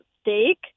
steak